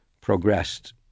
progressed